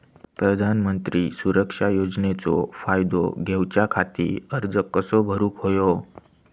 प्रधानमंत्री सुरक्षा योजनेचो फायदो घेऊच्या खाती अर्ज कसो भरुक होयो?